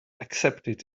accepted